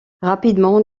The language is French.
rapidement